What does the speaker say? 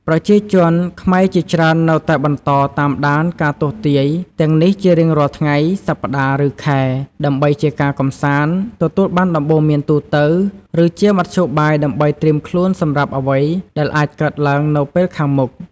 ប្រជាជនខ្មែរជាច្រើននៅតែបន្តតាមដានការទស្សន៍ទាយទាំងនេះជារៀងរាល់ថ្ងៃ សប្តាហ៍ ឬខែ ដើម្បីជាការកម្សាន្ត ទទួលបានដំបូន្មានទូទៅ ឬជាមធ្យោបាយដើម្បីត្រៀមខ្លួនសម្រាប់អ្វីដែលអាចកើតឡើងនៅពេលខាងមុខ។